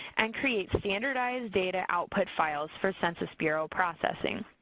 and create standardized data output files for census bureau processing.